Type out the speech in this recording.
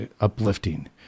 uplifting